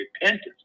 repentance